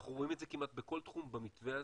אנחנו רואים את זה כמעט בכל תחום במתווה הזה.